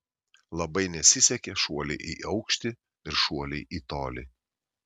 labai nesisekė šuoliai į aukštį ir šuoliai į tolį